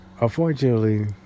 Unfortunately